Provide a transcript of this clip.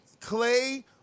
Clay